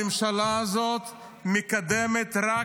הממשלה הזאת מקדמת רק